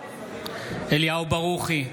אליהו ברוכי,